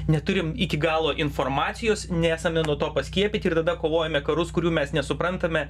neturim iki galo informacijos nesame nuo to paskiepyti ir tada kovojame karus kurių mes nesuprantame